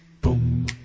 Boom